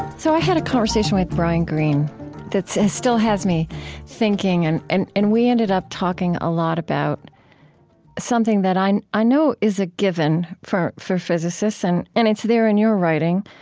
so, i had a conversation with brian greene that still has me thinking, and and and we ended up talking a lot about something that i i know is a given for for physicists, and and it's there in your writing,